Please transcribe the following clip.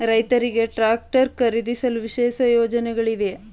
ರೈತರಿಗೆ ಟ್ರಾಕ್ಟರ್ ಖರೀದಿಸಲು ವಿಶೇಷ ಯೋಜನೆಗಳಿವೆಯೇ?